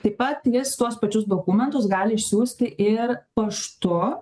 taip pat jis tuos pačius dokumentus gali išsiųsti ir paštu